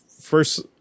first